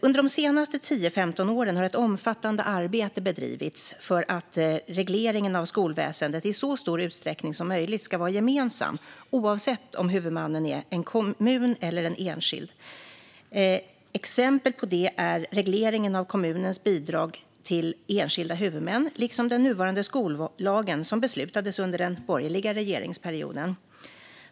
Under de senaste 10-15 åren har ett omfattande arbete bedrivits för att regleringen av skolväsendet i så stor utsträckning som möjligt ska vara gemensam, oavsett om huvudmannen är en kommun eller en enskild. Exempel på det är regleringen av kommunens bidrag till enskilda huvudmän liksom den nuvarande skollagen som beslutades under den borgerliga regeringsperioden.